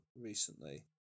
recently